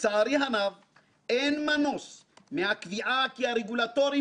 לצערי הרב אין מנוס מהקביעה כי הרגולטורים,